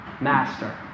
master